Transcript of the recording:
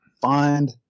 find